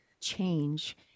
change